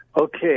Okay